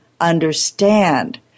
understand